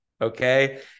okay